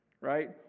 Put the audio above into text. right